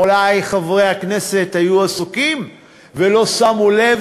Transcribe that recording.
אולי חברי הכנסת היו עסוקים ולא שמו לב